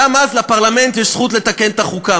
גם אז לפרלמנט יש זכות לתקן את החוקה.